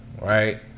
right